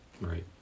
Right